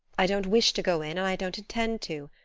i don't wish to go in, and i don't intend to.